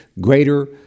greater